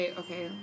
okay